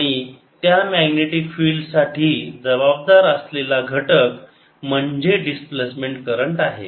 आणि त्या magnetic field साठी जबाबदार असलेला घटक म्हणजे डिस्प्लेसमेंट करंट आहे